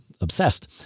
obsessed